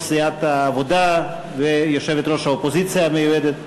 סיעת העבודה ויושבת-ראש האופוזיציה המיועדת,